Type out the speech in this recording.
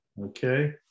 Okay